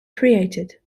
created